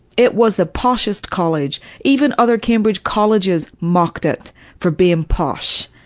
it was the poshest college even other cambridge colleges mocked it for being posh.